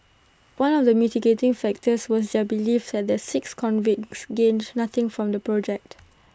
one of the mitigating factors was their belief that the six convicts gained nothing from the project